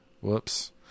whoops